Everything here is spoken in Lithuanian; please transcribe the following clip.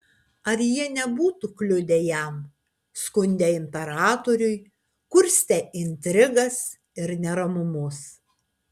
ar jie nebūtų kliudę jam skundę imperatoriui kurstę intrigas ir neramumus